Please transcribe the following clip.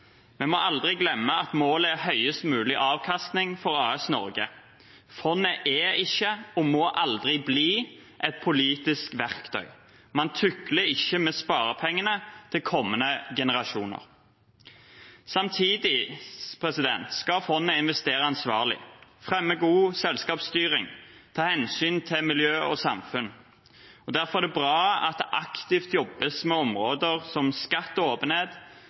Vi må aldri glemme at målet er høyest mulig avkastning for AS Norge. Fondet er ikke, og må aldri bli, et politisk verktøy. Man tukler ikke med sparepengene til kommende generasjoner. Samtidig skal fondet investere ansvarlig, fremme god selskapsstyring og ta hensyn til miljø og samfunn. Derfor er det bra at det aktivt jobbes med områder som skatt og åpenhet,